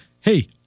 hey